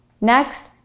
Next